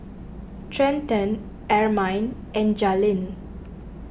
Trenten Ermine and Jalynn